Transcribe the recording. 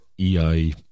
EI